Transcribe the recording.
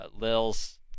Lil's